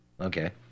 Okay